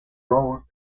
lobos